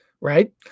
right